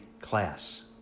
class